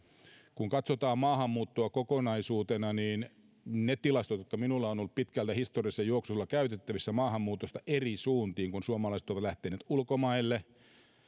kun katsotaan maahanmuuttoa kokonaisuutena niin ne tilastot jotka minulla ovat olleet pitkältä historialliselta juoksulta käytettävissä maahanmuutosta eri suuntiin suomalaiset ovat lähteneet ulkomaille